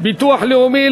ביטוח לאומי.